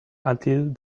until